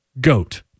goat